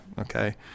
okay